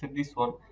this one.